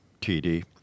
TD